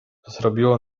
zrobiło